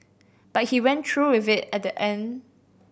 but he went through with it at the end